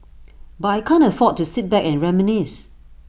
but I can't afford to sit back and reminisce